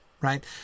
right